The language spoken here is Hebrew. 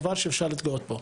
דבר שאפשר להתגאות בו.